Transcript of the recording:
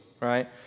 right